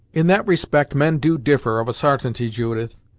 in that respect men do differ, of a sartainty, judith.